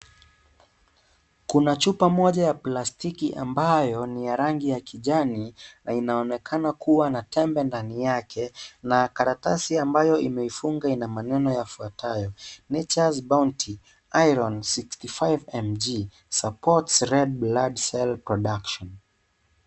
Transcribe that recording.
Kuna chupa moja ya plastiki ambayo ni ya rangi ya kijani. Inaonekana kuwa na tembe ndani yake. Na karatasi ambayo imeifunga ina maneno yafuatayo,(cs)Natures bounty iron 65mg.Supports red blood cells production.(cs)